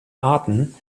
arten